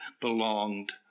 belonged